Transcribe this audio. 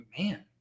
Man